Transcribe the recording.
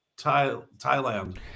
Thailand